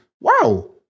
wow